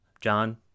John